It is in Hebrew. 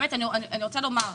אני רוצה לומר,